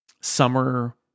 summer